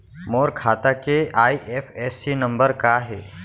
मोर खाता के IFSC number का हे?